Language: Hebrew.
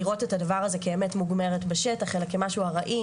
ולראות את הדבר הזה כאמת מוגמרת בשטח אלא כמשהו ארעי,